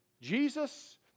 Jesus